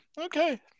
Okay